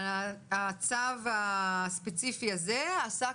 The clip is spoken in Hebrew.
הצו הספציפי הזה עסק,